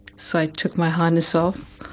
so i took my harness off.